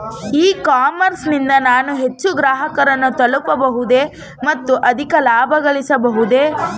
E commerce ನಿಂದ ನಾನು ಹೆಚ್ಚು ಗ್ರಾಹಕರನ್ನು ತಲುಪಬಹುದೇ ಮತ್ತು ಅಧಿಕ ಲಾಭಗಳಿಸಬಹುದೇ?